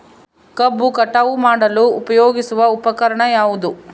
ಕಬ್ಬು ಕಟಾವು ಮಾಡಲು ಉಪಯೋಗಿಸುವ ಉಪಕರಣ ಯಾವುದು?